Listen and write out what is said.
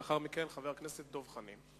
לאחר מכן, חבר הכנסת דב חנין.